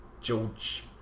George